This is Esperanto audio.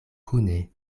kune